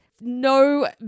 no